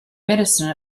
medicine